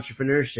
entrepreneurship